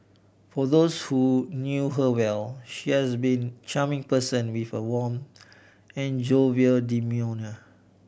for those who knew her well she has been charming person with a warm and jovial demeanour